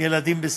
הם ילדים בסיכון.